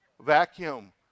Vacuum